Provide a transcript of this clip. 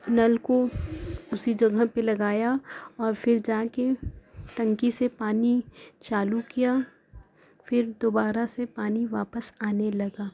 نل کو اسی جگہ پہ لگایا اور پھر جا کے ٹنکی سے پانی چالو کیا پھر دوبارہ سے پانی واپس آنے لگا